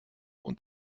und